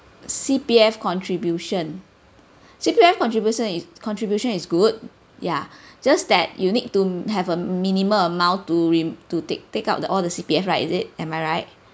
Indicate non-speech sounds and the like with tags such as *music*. C_P_F contribution C_P_F contribution is contribution is good ya *breath* just that you need to have a minimum amount to re~ to take take out the all the C_P_F right is it am I right